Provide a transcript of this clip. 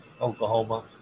Oklahoma